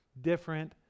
different